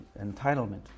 entitlement